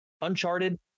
Uncharted